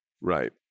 Right